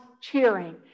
cheering